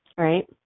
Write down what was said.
right